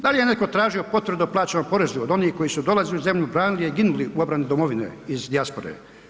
Da li je netko tražio potvrdu o plaćenom porezu od onih koji su dolazili u zemlju, branili je, ginuli u obrani domovine iz dijaspore?